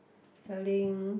selling